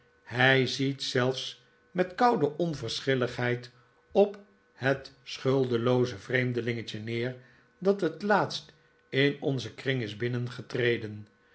hij ziet zelfs met koude onverschilligheid op het schuldelooze vreemdelingetje neer dat het laatst in onzen kring is binnengetreden